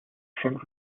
front